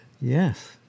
Yes